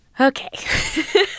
Okay